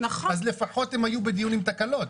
אז לפחות הם היו בדיון עם תקלות.